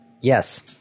Yes